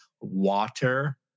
water